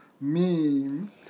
meme